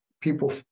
people